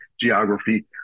geography